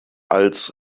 als